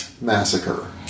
massacre